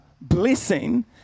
blessing